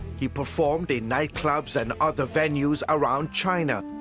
he performed in nightclubs and other venues around china.